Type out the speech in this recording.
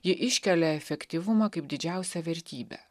ji iškelia efektyvumą kaip didžiausią vertybę